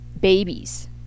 babies